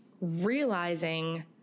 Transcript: realizing